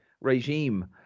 regime